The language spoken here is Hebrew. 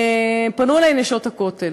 פנו אלי "נשות הכותל"